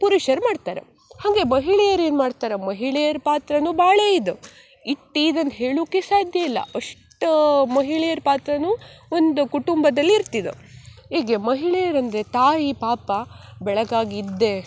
ಪುರುಷರು ಮಾಡ್ತಾರ ಹಾಗೆ ಮಹಿಳೆಯರು ಏನು ಮಾಡ್ತಾರ ಮಹಿಳೆಯರ ಪಾತ್ರವೂ ಭಾಳ ಇದೆ ಇಷ್ಟ್ ಇದನ್ನು ಹೇಳುಕೆಕೆ ಸಾಧ್ಯ ಇಲ್ಲ ಅಷ್ಟು ಮಹಿಳೆಯರ ಪಾತ್ರವೂ ಒಂದು ಕುಟುಂಬದಲ್ಲಿ ಇರ್ತಿದ ಈಗ ಮಹಿಳೆಯರಂದರೆ ತಾಯಿ ಪಾಪ ಬೆಳಗಾಗಿದ್ದೆ